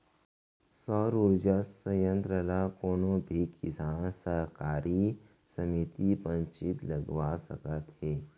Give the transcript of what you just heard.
सउर उरजा संयत्र ल कोनो भी किसान, सहकारी समिति, पंचईत लगवा सकत हे